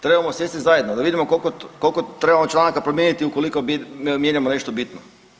Trebamo sjesti zajedno da vidimo koliko trebamo članaka trebamo promijeniti ukoliko mijenjamo nešto bitno.